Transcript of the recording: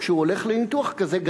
כשהוא הולך לניתוח כזה,